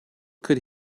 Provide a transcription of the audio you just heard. could